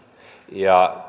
ja